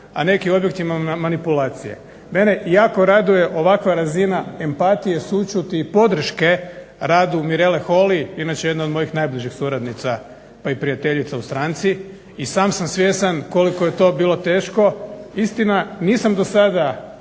a neki objektivno manipulacije. Mene jako raduje ovakva razina empatije, sućuti i podrške radu Mirele Holy, inače jedna od mojih najbližih suradnica pa i prijateljica u stranci i sam sam svjestan koliko je to bilo teško. Istina, nisam do sada